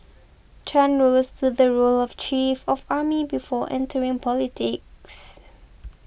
Chan rose to the role of chief of army before entering politics